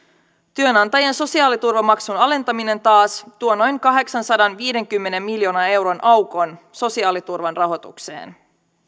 työnantajan sosiaaliturvamaksun alentaminen taas tuo noin kahdeksansadanviidenkymmenen miljoonan euron aukon sosiaaliturvan rahoitukseen